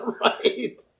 Right